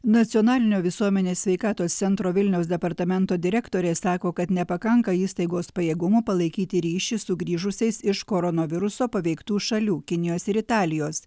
nacionalinio visuomenės sveikatos centro vilniaus departamento direktorė sako kad nepakanka įstaigos pajėgumų palaikyti ryšį su grįžusiais iš koronaviruso paveiktų šalių kinijos ir italijos